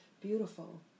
beautiful